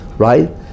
Right